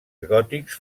gòtics